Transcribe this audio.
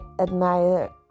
admire